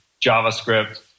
JavaScript